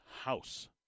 house